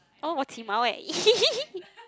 oh 我起毛 eh